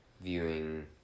viewing